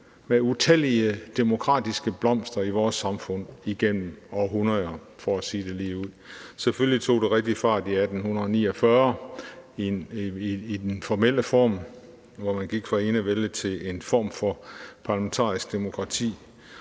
med utallige demokratiske blomster i vores samfund igennem århundreder – for at sige det ligeud. Selvfølgelig tog det rigtig fart i 1849 i den formelle form, hvor man gik væk fra enevælde og over til en form for parlamentarisk demokrati.